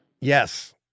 Yes